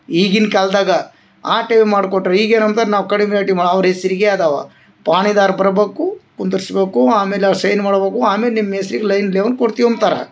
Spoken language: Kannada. ಈಗಿನ ಕಾಲ್ದಾಗ ಆಟ ಏನು ಮಾಡ್ಕೊಟ್ಟರು ಈಗ ಏನು ಅಂತಾರ ನಾವು ಕಡಿಮೆ ರೇಟಿಗ ಅವ್ರ ಹೆಸ್ರಿಗೆ ಅದಾವ ಪಹಣಿದಾರ ಬರ್ಬಕು ಕುಂದರ್ಸ್ಬೇಕು ಆಮೇಲೆ ಅವ್ರ ಸೈನ್ ಮಾಡ್ಬಕು ಆಮೇಲ ನಿಮ್ಮ ಹೆಸ್ರಿಗ್ ಲೈನ್ ಲೋನ್ ಕೊಡ್ತಿ ಅಂತಾರ